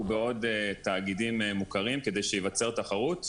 בעוד תאגידים מוכרים כדי שתיווצר תחרות,